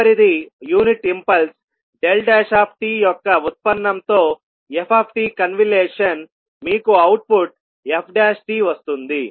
తదుపరిది unit impulse t యొక్క ఉత్పన్నంతో ft కన్విలేషన్ మీకు అవుట్పుట్ fవస్తుంది